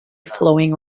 flowing